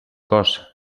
cos